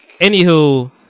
Anywho